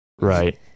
right